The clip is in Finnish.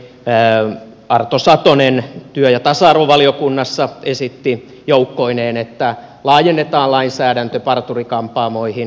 edustajaystäväni arto satonen työ ja tasa arvovaliokunnassa esitti joukkoineen että laajennetaan lainsäädäntö parturi kampaamoihin